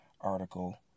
article